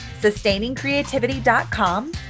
SustainingCreativity.com